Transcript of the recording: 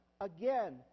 Again